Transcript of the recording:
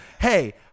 hey